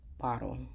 bottle